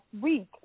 week